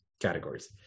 categories